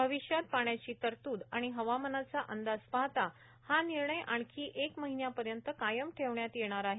भवि यात पाण्याची तरतूद आणि हवामानाचा अंदाज पाहता हा निर्णय आणखी एक महिन्यापर्यंत क्रायम ठेवण्यात येणार आहे